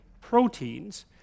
proteins